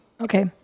Okay